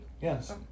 yes